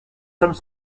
femmes